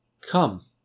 Come